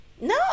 No